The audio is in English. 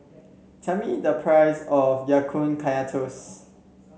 tell me the price of Ya Kun Kaya Toast